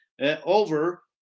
over